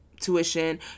tuition